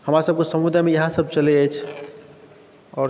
हमरासभके समुदायमे इएहसभ चलैत अछि आओर